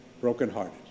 brokenhearted